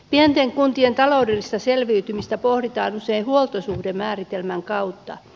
pienten kuntien taloudellista selviytymistä pohditaan usein huoltosuhdemääritelmän kautta